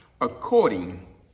according